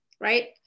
right